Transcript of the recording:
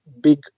big